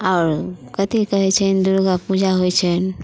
आओर कथी कहै छनि दुर्गा पूजा होइ छनि